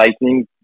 Lightning